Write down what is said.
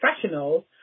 professionals